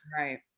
right